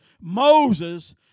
Moses